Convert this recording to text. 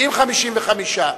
ועם 55,